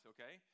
Okay